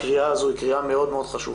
אני חשוב שהקריאה הזו היא קריאה מאוד מאוד חשובה